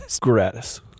gratis